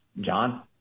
John